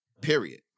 Period